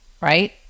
Right